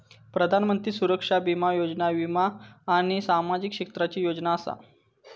प्रधानमंत्री सुरक्षा बीमा योजना वीमा आणि सामाजिक क्षेत्राची योजना असा